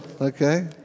Okay